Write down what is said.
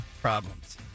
problems